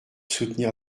soutenir